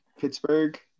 Pittsburgh